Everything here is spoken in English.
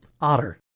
Otter